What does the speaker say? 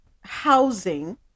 housing